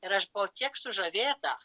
ir aš buvau tiek sužavėta